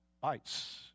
Bites